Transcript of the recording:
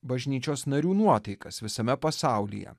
bažnyčios narių nuotaikas visame pasaulyje